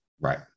Right